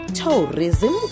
tourism